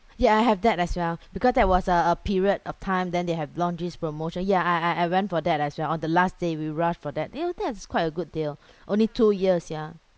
ya I have that as well because that was uh a period of time then they have launch this promotion yeah I I went for that as well on the last day we rush for that and I think it's quite a good deal only two years yeah